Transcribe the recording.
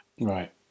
Right